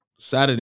Saturday